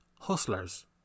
hustlers